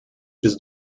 без